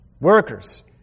workers